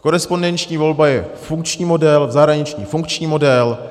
Korespondenční volba je funkční model, v zahraničí funkční model.